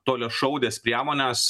toliašaudes priemones